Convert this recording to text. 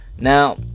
Now